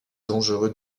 dangereux